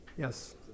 Yes